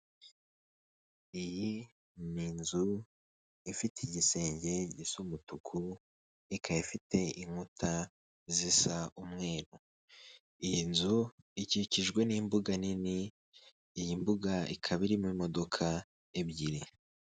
Iyi ni inzu ifite igisenge gisa umutuku ikaba ifite inkuta zisa umweru iyi nzu ikikijwe n'imbuga nini, iyi mbuga ikaba irimo imodoka ebyiri.